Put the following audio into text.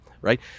Right